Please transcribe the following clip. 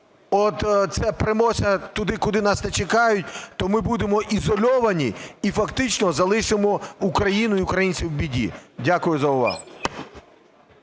оце премося туди, куди нас не чекають, то ми будемо ізольовані і фактично залишимо Україну і українців в біді. Дякую за увагу.